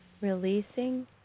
releasing